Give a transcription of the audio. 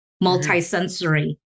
multi-sensory